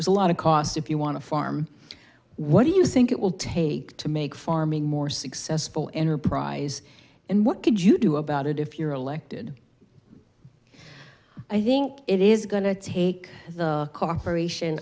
there's a lot of cost if you want to farm what do you think it will take to make farming more successful enterprise and what could you do about it if you're elected i think it is going to take the corporation